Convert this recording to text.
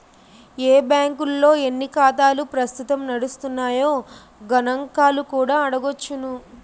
ఏ బాంకుల్లో ఎన్ని ఖాతాలు ప్రస్తుతం నడుస్తున్నాయో గణంకాలు కూడా అడగొచ్చును